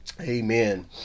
Amen